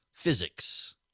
physics